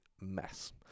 mess